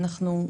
אנחנו,